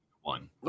one